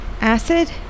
Acid